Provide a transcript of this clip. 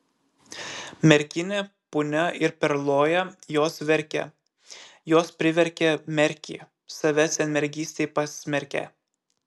merkinė punia ir perloja jos verkė jos priverkė merkį save senmergystei pasmerkę